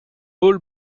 paul